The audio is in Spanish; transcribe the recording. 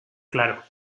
claro